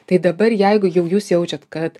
tai dabar jeigu jau jūs jaučiat kad